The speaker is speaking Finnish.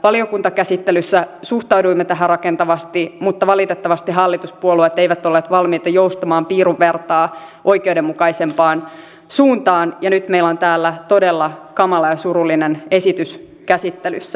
valiokuntakäsittelyssä suhtauduimme tähän rakentavasti mutta valitettavasti hallituspuolueet eivät olleet valmiita joustamaan piirun vertaa oikeudenmukaisempaan suuntaan ja nyt meillä on täällä todella kamala ja surullinen esitys käsittelyssä